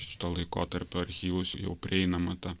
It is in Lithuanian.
šito laikotarpio archyvus jau prieinama ta